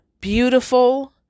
beautiful